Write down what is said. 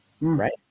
Right